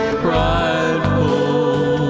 prideful